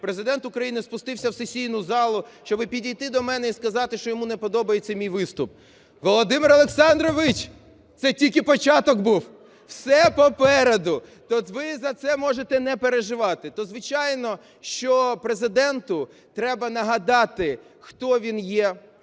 Президент України спустився в сесійну залу, щоб підійти до мене і сказати, що йому не подобається мій виступ. Володимир Олександрович, це тільки початок був, все попереду. То ви за це можете не переживати. То, звичайно, що Президенту треба нагадати, хто він є,